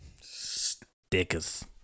stickers